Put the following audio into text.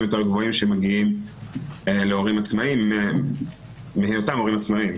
יותר גבוהים שמגיעים להורים עצמאיים מהיותם הורים עצמאיים.